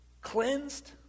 cleansed